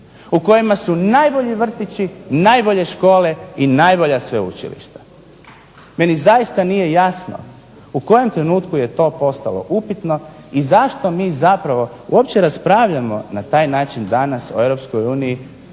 u kojima su najbolji vrtići, najbolje škole i najbolja sveučilišta. Meni zaista nije jasno u kojem trenutku je to postalo upitno i zašto mi zapravo uopće raspravljamo na taj način danas o